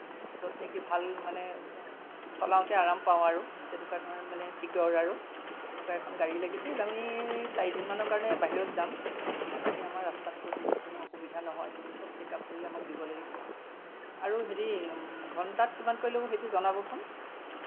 য'ত নেকি ভাল মানে চলাওঁতে আৰাম পাওঁ আৰু তেনেকুৱা ধৰণৰ মানে ছিকিয়ৰ আৰু তেনেকুৱা এখন গাড়ী লাগিছিল আমি চাৰিদিনমানৰ কাৰণে বাহিৰত যাম যাতে আমাৰ ৰাস্তা পদূলিত কোনো অসুবিধা নহয় চব চেক আপ কৰি আমাক দিব লাগিব আৰু হেৰি ঘন্টাত কিমানকৈ ল'ব সেইটো জনাবচোন